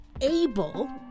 able